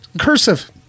Cursive